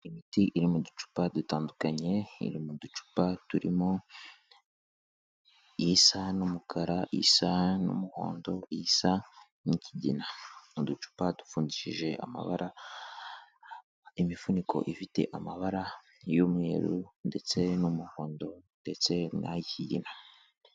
Imiti iri mu ducupa dutandukanye iri mu ducupa turimo isa n'umukara, isa n'umuhondo, isa n'ikigina, uducupa dupfundikishije amabara, imifuniko ifite amabara y'umweru ndetse n'umuhondo ndetse n'ay'ikigina.